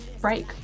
break